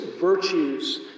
virtues